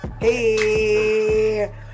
hey